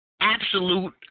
absolute